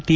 T